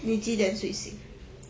你几点睡醒